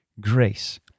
grace